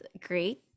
great